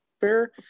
fair